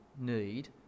need